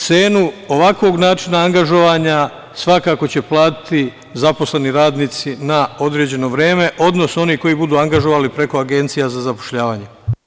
Cenu ovakvog načina angažovanja svakako će platiti zaposleni radnici na određeno vreme, odnosno oni koji budu angažovani preko agencija za zapošljavanje.